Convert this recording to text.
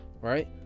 right